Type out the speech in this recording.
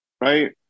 right